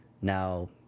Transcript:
Now